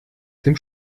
dem